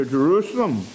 Jerusalem